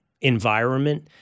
environment